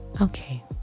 okay